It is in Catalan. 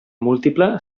múltiple